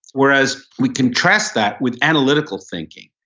whereas we can trust that with analytical thinking,